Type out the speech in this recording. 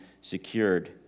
secured